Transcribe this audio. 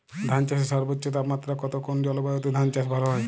ধান চাষে সর্বোচ্চ তাপমাত্রা কত কোন জলবায়ুতে ধান চাষ ভালো হয়?